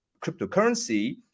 cryptocurrency